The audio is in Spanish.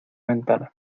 ventana